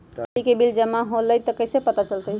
बिजली के बिल जमा होईल ई कैसे पता चलतै?